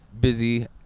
busy